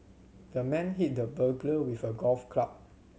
the man hit the burglar with a golf club